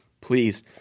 please